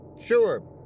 Sure